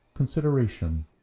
consideration